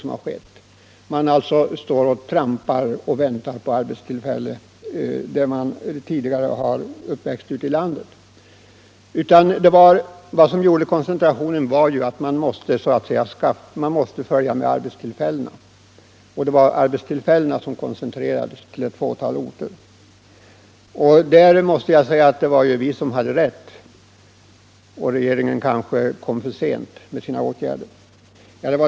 Man står alltså och trampar och väntar på att det skall skapas arbetstillfällen på de orter ute i landet där man är uppväxt. Koncentrationen berodde således på att man måste flytta med arbetstillfällena, och arbetstillfällena koncentrerades till ett fåtal orter. På den punkten måste jag säga att vi från centern hade rätt och att regeringen kom för sent med sina åtgärder.